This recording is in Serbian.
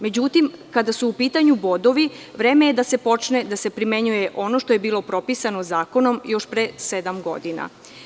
Međutim, kada su u pitanju bodovi vreme je da se počne da se primenjuje ono što je bilo propisano zakonom još pre sedam godina.